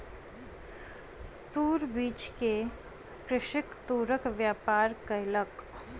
तूर बीछ के कृषक तूरक व्यापार केलक